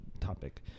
topic